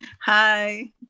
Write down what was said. Hi